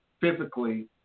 physically